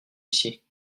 ici